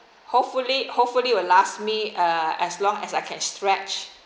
hopefully hopefully will last me uh as long as I can stretch